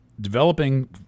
developing